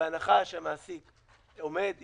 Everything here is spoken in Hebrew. ובהנחה שהמעסיק עומד.